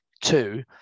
Two